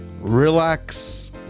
relax